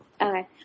Okay